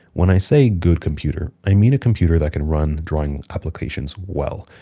when i say good computer, i mean a computer that can run drawing applications well.